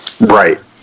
Right